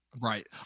Right